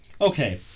Okay